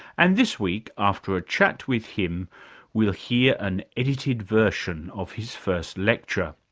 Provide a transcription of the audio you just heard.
and this week after a chat with him we'll hear an edited version of his first lecture.